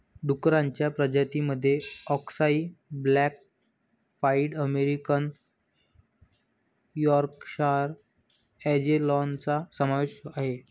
डुक्करांच्या प्रजातीं मध्ये अक्साई ब्लॅक पाईड अमेरिकन यॉर्कशायर अँजेलॉनचा समावेश आहे